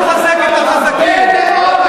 הכול יהיה בסדר.